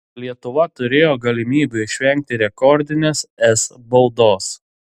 lietuva turėjo galimybių išvengti rekordinės es baudos